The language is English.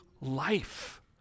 life